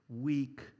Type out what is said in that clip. weak